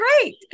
great